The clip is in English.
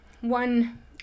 one